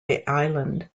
island